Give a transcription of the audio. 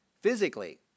physically